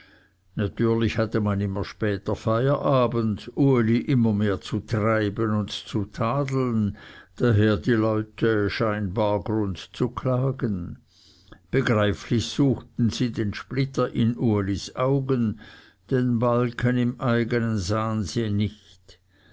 natürlich hatte man immer später feierabend uli immer mehr zu treiben und zu tadeln daher die leute scheinbar grund zu klagen begreiflich suchten sie den splitter in ulis augen den balken im eigenen sahen sie nicht